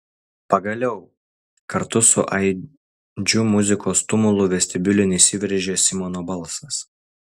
pagaliau kartu su aidžiu muzikos tumulu vestibiulin įsiveržė simono balsas